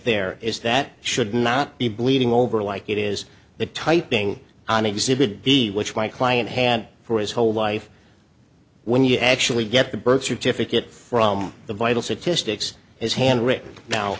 there is that should not be bleeding over like it is the typing on exhibit b which my client had for his whole life when you actually get the birth certificate from the vital statistics his hand written now